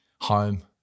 home